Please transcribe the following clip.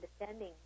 understanding